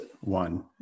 one